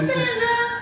Sandra